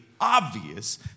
obvious